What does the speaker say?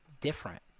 different